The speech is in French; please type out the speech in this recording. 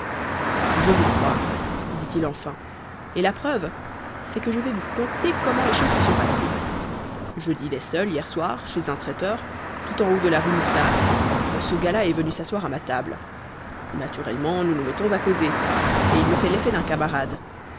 je vous crois dit-il enfin et la preuve c'est que je vais vous conter comment les choses se sont passées je dînais seul hier soir chez un traiteur tout en haut de la rue mouffetard quand ce gars-là est venu s'asseoir à ma table naturellement nous nous mettons à causer et il me fait l'effet d'un camarade